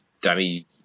Danny